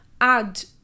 add